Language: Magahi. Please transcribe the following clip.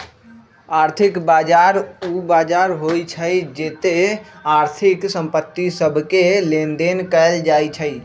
आर्थिक बजार उ बजार होइ छइ जेत्ते आर्थिक संपत्ति सभके लेनदेन कएल जाइ छइ